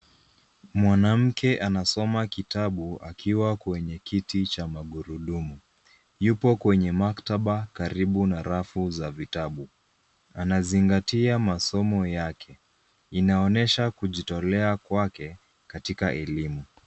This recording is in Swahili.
Mwanamke anasoma kitabu akiwa kwenye kiti cha magurudumu. Yupo kwenye maktaba karibu na rafu za vitabu. Anazingatia masomo yake. Inaonyesha kujitolea kwake katika elimu.